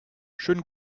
schönen